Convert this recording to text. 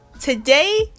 today